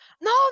No